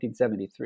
1973